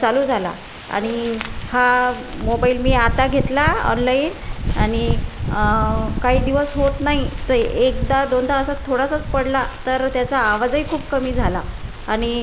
चालू झाला आणि हा मोबाईल मी आता घेतला ऑनलाईन आणि काही दिवस होत नाही तर ए एकदा दोनदा असा थोडासाच पडला तर त्याचा आवाजही खूप कमी झाला आणि